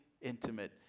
intimate